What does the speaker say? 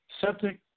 septic